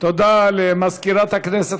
תודה למזכירת הכנסת.